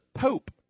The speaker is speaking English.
pope